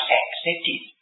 accepted